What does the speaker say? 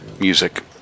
music